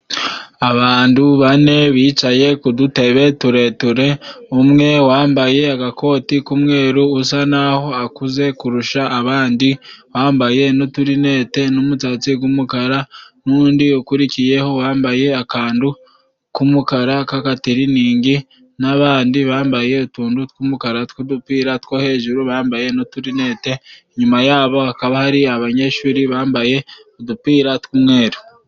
Abantu bane bicaye ku dubetebe tureture, umwe wambaye agakoti k'umweru usa naho akuze kurusha abandi, wambaye n'uturinete n'umutsatsi gw'umukara, n'undi ukurikiyeho wambaye akantu k'umukara k'agatiriningi, n'abandi bambaye utuntu tw'umukara tw'udupira two hejuru, bambaye n'uturinete, inyuma yabo hakaba hari abanyeshuri bambaye udupira tw'umweru.